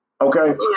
okay